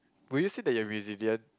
will you say that you're resilient